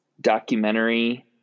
documentary